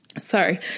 sorry